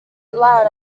allowed